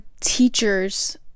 teachers